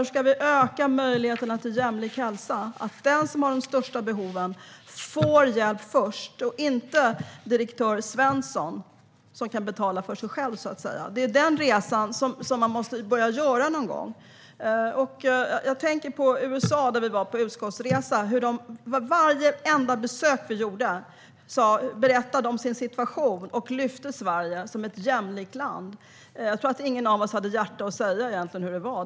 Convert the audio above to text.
Hur ska vi öka möjligheterna till jämlik hälsa, så att den som har de största behoven får hjälp först och inte direktör Svensson, som kan betala för sig själv, så att säga? Det är den resan som man måste börja göra någon gång. Jag tänker på USA, dit utskottet gjorde en resa. Vid varje besök vi gjorde berättade man om sin situation och lyfte fram Sverige som ett jämlikt land. Jag tror inte att någon av oss hade hjärta att säga hur det egentligen var.